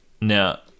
Now